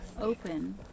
Open